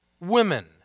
women